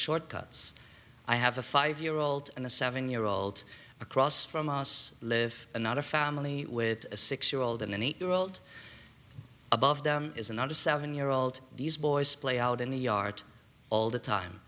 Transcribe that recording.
shortcuts i have a five year old and a seven year old across from us live and not a family with a six year old and an eight year old above is another seven year old these boys play out in the yard all the time